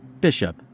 Bishop